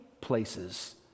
places